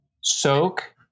Soak